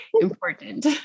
important